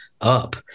up